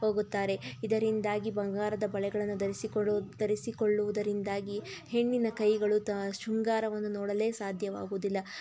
ಹೋಗುತ್ತಾರೆ ಇದರಿಂದಾಗಿ ಬಂಗಾರದ ಬಳೆಗಳನ್ನು ಧರಿಸಿಕೊಳ್ಳುವ ಧರಿಸಿಕೊಳ್ಳುವುದರಿಂದಾಗಿ ಹೆಣ್ಣಿನ ಕೈಗಳು ತ ಶೃಂಗಾರವನ್ನು ನೋಡಲೇ ಸಾಧ್ಯವಾಗುವುದಿಲ್ಲ